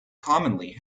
commonly